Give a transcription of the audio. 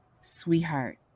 sweetheart